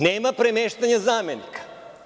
Nema premeštanja zamenika.